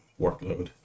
workload